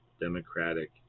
democratic